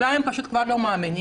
אולי הם פשוט כבר לא מאמינים,